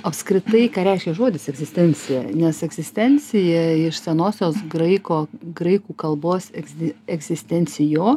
apskritai ką reiškia žodis egzistencija nes egzistencija iš senosios graiko graikų kalbos egzi egzistencijo